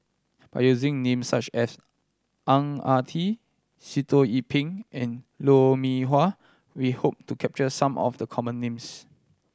by using names such as Ang Ah Tee Sitoh Yih Pin and Lou Mee Wah we hope to capture some of the common names